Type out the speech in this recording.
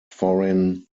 foreign